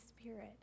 spirit